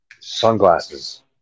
sunglasses